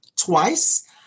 Twice